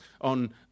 on